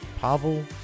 Pavel